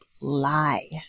lie